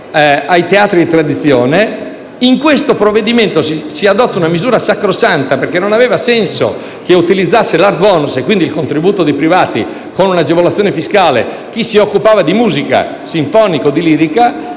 ai teatri di tradizione. In questo provvedimento si adotta una misura sacrosanta perché non aveva senso che utilizzasse l'Art bonus e, quindi, il contributo di privati con un'agevolazione fiscale chi si occupava di musica sinfonica o di lirica